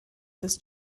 this